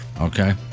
okay